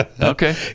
Okay